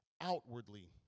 outwardly